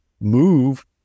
move